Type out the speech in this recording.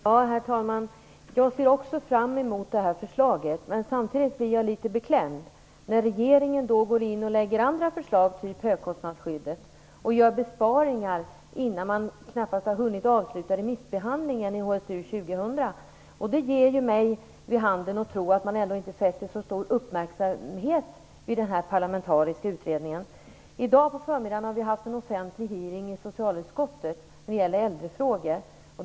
Herr talman! Jag ser också fram emot det här förslaget. Men jag blir litet beklämd när regeringen lägger fram andra förslag, t.ex. om högkostnadsskyddet, och gör besparingar innan man knappt har hunnit avsluta remissbehandlingen i HSU 2000. Det ger mig anledning att tro att man inte fäster så stor uppmärksamhet vid denna parlamentariska utredning. I dag på förmiddagen har vi haft en offentlig hearing i socialutskottet om äldrefrågor.